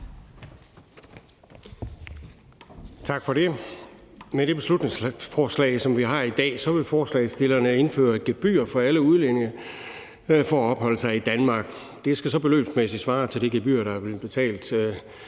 Tak for det. Med det beslutningsforslag, som vi har i dag, vil forslagsstillerne indføre et gebyr for alle udlændinge for at opholde sig i Danmark. Det skal så beløbsmæssigt svare til det gebyr, der er blevet betalt